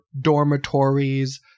dormitories